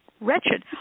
wretched